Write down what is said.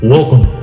Welcome